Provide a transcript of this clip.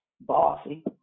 Bossy